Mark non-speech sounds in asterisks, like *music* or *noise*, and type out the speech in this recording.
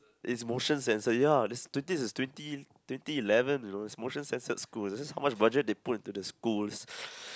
it's motion sensor ya there's twenty there's twenty twenty eleven you know it's motion censored school that's how much budget they put into the school's *breath*